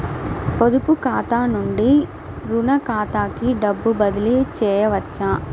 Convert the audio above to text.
పొదుపు ఖాతా నుండీ, రుణ ఖాతాకి డబ్బు బదిలీ చేయవచ్చా?